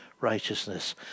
righteousness